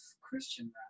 Christian